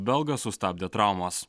belgą sustabdė traumos